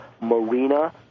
Marina